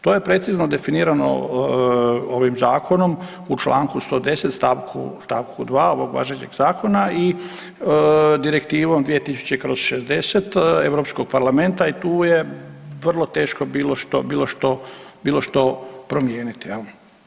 To je precizno definirano ovim zakonom u Članku 110. stavku 2. ovog važećeg zakona i Direktivom 2000/60 Europskog parlamenta i tu je vrlo teško bilo što, bilo što promijeniti jel.